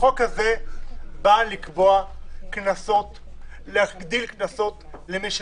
החוק הזה בא להגדיל קנסות למי שמפר.